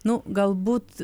nu galbūt